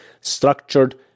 structured